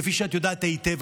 כפי שאת יודעת היטב,